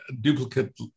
duplicate